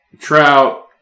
trout